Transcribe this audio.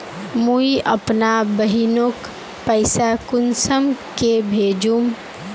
मुई अपना बहिनोक पैसा कुंसम के भेजुम?